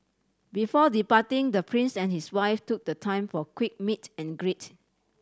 before departing the Prince and his wife took the time for a quick meet and greet